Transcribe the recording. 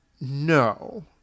No